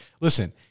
Listen